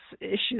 issues